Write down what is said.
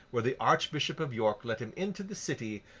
where the archbishop of york let him into the city,